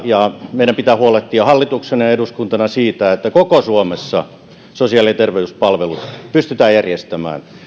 ja meidän pitää huolehtia hallituksena ja eduskuntana siitä että koko suomessa sosiaali ja terveyspalvelut pystytään järjestämään